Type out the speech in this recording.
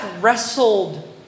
wrestled